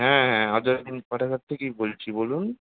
হ্যাঁ হ্যাঁ আজাদ হিন্দ পাঠাগার থেকেই বলছি বলুন